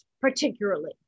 particularly